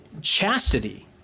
chastity